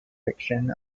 fiction